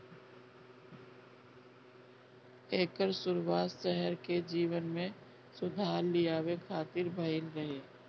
एकर शुरुआत शहर के जीवन में सुधार लियावे खातिर भइल रहे